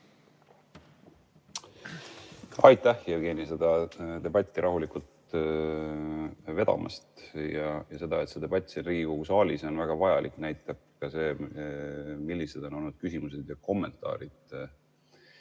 Jevgeni, seda debatti rahulikult vedamast! Seda, et see debatt siin Riigikogu saalis on väga vajalik, näitab ka see, millised on olnud küsimused ja kommentaarid.